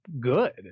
good